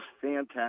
fantastic